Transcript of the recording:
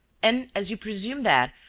and, as you presume that,